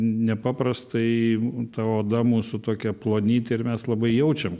nepaprastai ta oda mūsų tokia plonytė ir mes labai jaučiam